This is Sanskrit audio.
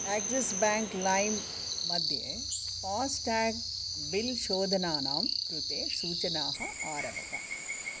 आक्सिस् बेङ्क् लैम् मध्ये फ़ास्टाग् बिल् शोधनानां कृते सूचनाः आरभत